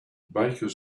bakers